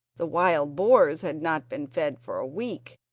the wild boars had not been fed for a week,